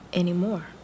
anymore